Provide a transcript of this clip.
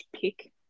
pick